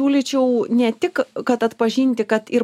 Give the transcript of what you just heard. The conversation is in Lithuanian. siūlyčiau ne tik kad atpažinti kad ir